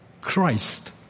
Christ